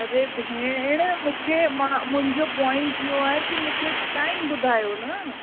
अड़े भेण मूंखे मां मुंहिंजो पोइंट इहो आहे की मूंखे टाइम ॿुधायो न